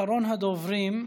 אחרון הדוברים,